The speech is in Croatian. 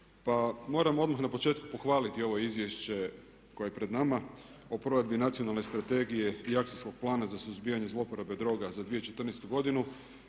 Pa moram odmah na početku pohvaliti ovo izvješće koje je pred nama o Provedbi Nacionalne strategije i Akcijskog plana za suzbijanje zlouporabe droga za 2014. godinu